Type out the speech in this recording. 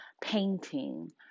painting